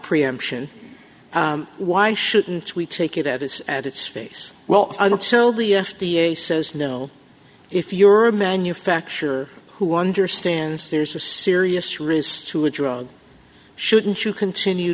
preemption why shouldn't we take it at its at its face well and so the f d a says no if you're a manufacturer who understands there's a serious risk to a drug shouldn't you continue